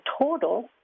total